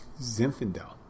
Zinfandel